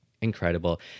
incredible